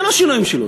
זה לא שינוי משילות.